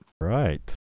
Right